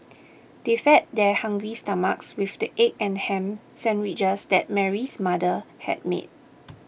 they fed their hungry stomachs with the egg and ham sandwiches that Mary's mother had made